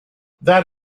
that